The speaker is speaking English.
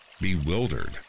bewildered